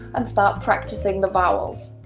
and start practising the vowels.